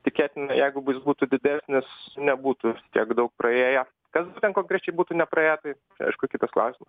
tikėtina jeigu jis būtų didesnis nebūtų tiek daug praėję kas būtent konkrečiai būtų nepraėję tai aišku kitas klausimas